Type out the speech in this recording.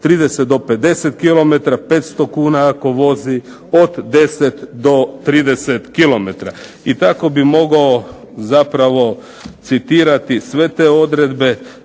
30 do 50 km, 500 kn ako vozi od 10 do 30 km. I tako bih mogao zapravo citirati sve te odredbe,